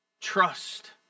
Trust